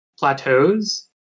plateaus